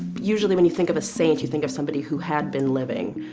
usually when you think of a saint, you think of somebody who had been living,